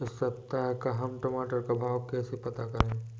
इस सप्ताह का हम टमाटर का भाव कैसे पता करें?